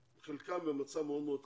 שחלקם במצב מאוד מאוד קשה,